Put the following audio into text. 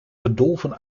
gedolven